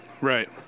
Right